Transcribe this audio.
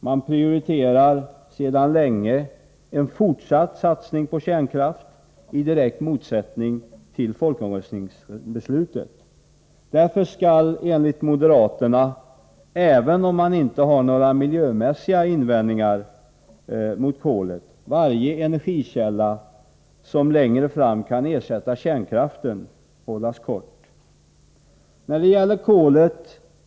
De prioriterar sedan länge en fortsatt satsning på kärnkraft, i direkt motsättning till folkomröstningsbeslutet. Även om de inte har några miljömässiga invändningar mot kolet, tycker därför moderaterna att varje energikälla som längre fram kan ersätta kärnkraften skall hållas kort.